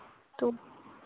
तो